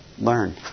learn